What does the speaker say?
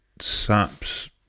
saps